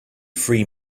three